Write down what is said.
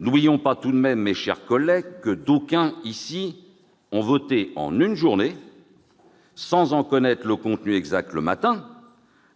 N'oublions pas tout de même, mes chers collègues, que d'aucuns, ici, ont voté en une journée, sans en connaître le contenu exact le matin,